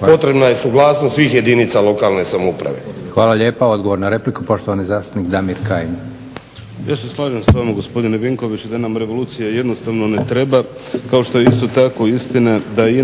potrebna je suglasnost svih jedinica lokalne samouprave. **Leko, Josip (SDP)** Hvala lijepo. Odgovor na repliku poštovani zastupnik Damir Kajin. **Kajin, Damir (Nezavisni)** Ja se slažem s vama gospodine Vinkoviću da nam revolucija jednostavno ne treba kao što je isto tako istina da je